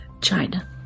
China